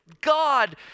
God